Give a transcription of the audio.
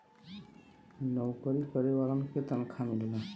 नऊकरी करे वालन के तनखा मिलला